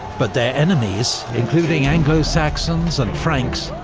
but their enemies, including anglo-saxons and franks,